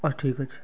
ହଉ ଠିକ୍ ଅଛି